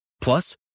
Plus